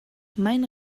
mein